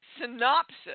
synopsis